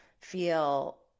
feel